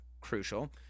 crucial